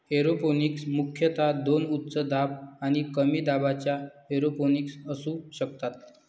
aeroponics मुख्यतः दोन उच्च दाब आणि कमी दाबाच्या एरोपोनिक्स असू शकतात